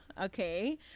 Okay